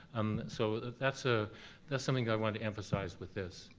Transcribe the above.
um so that's ah that's something i wanted to emphasize with this.